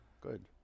good